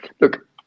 Look